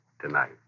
Tonight